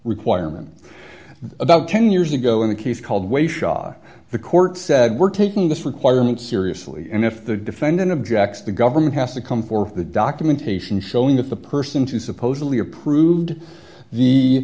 requirement about ten years ago in a case called way shaw the court said we're taking this requirement seriously and if the defendant objects the government has to come for the documentation showing that the person to supposedly approved the